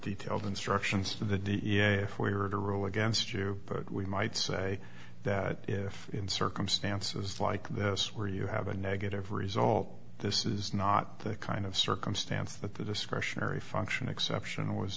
detailed instructions to the d n a if we were to rule against you we might say that if in circumstances like this where you have a negative result this is not the kind of circumstance that the discretionary function exception was